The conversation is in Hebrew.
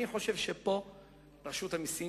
אני חושב שרשות המסים